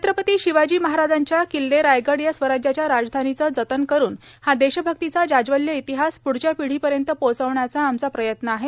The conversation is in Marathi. छत्रपती शिवाजी महाराजांच्या किल्ले रायगड या स्वराज्याच्या राजधानीचे जतन करुन हा देशभक्तीचा जाज्वल्य इतिहास प्ढच्या पिढीपर्यंत पोहोचविण्याचा आमचा प्रयत्न आहे